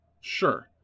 Sure